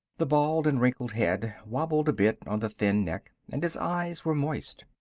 the bald and wrinkled head wobbled a bit on the thin neck, and his eyes were moist.